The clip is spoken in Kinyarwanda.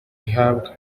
ihabwa